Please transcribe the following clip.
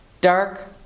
dark